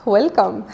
Welcome